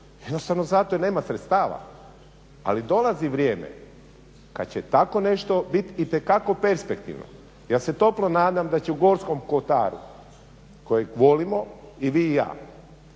Jednostavno zato jer nema sredstava. Ali dolazi vrijeme kad će tako nešto bit itekako perspektivno. Ja se toplo nadam da će u Gorskom kotaru kojeg volimo i vi i ja